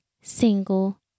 single